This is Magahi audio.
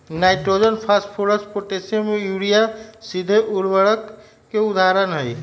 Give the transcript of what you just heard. नाइट्रोजन, फास्फोरस, पोटेशियम, यूरिया सीधे उर्वरक के उदाहरण हई